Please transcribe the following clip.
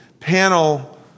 panel